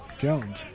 Jones